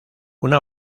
una